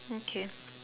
okay